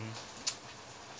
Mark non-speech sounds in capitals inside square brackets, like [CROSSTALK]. hmm [NOISE]